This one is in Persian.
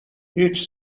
هیچ